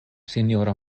sinjora